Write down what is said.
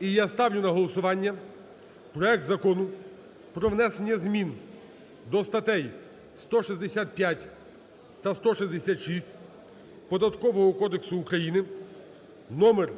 і я ставлю на голосування проект Закону про внесення змін до статей 165 та 166 Податкового кодексу України (№